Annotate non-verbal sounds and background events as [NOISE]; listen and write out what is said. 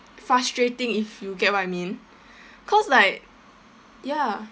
frustrating if you get what I mean [BREATH] cause like ya